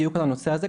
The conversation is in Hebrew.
בדיוק על הנושא הזה,